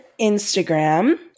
Instagram